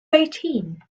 eighteen